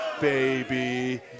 baby